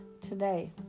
today